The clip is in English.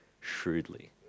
shrewdly